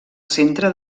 centre